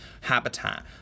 habitat